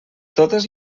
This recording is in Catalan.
totes